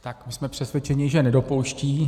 Tak my jsme přesvědčeni, že nedopouští.